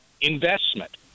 investment